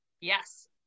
Yes